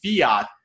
fiat